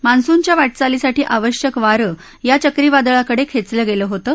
मान्सूनच्या वाटचालीसाठी आवश्यक वारं या चक्रीवादळाकडे खेचलं गेलं होतं